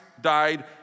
died